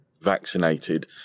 vaccinated